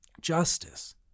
Justice